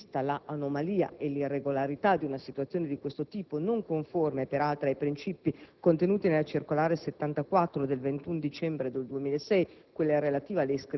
Pertanto, vista l'anomalia e la irregolarità di una situazione di questo tipo, non conforme peraltro ai principi contenuti nella circolare n. 74 del 21 dicembre 2006